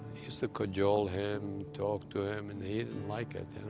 used to cajole him, talk to him, and he didn't like it,